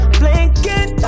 blinking